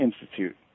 Institute